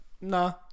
Nah